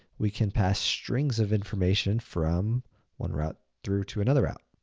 we can pass strings of information from one route through to another route.